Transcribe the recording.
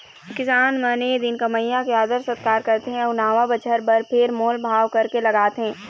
किसान मन ए दिन कमइया के आदर सत्कार करथे अउ नवा बछर बर फेर मोल भाव करके लगाथे